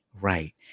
right